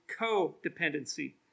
codependency